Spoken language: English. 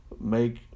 make